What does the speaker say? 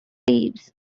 leaves